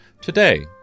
Today